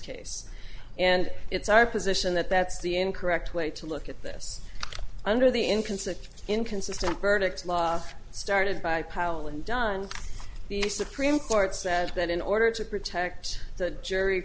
case and it's our position that that's the incorrect way to look at this under the inconsiderate inconsistent verdict started by powell and dunn the supreme court said that in order to protect the jury